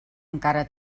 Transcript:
encara